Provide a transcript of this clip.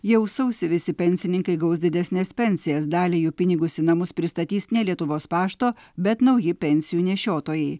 jau sausį visi pensininkai gaus didesnes pensijas daliai jų pinigus į namus pristatys ne lietuvos pašto bet nauji pensijų nešiotojai